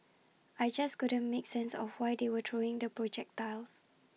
I just couldn't make sense of why they were throwing the projectiles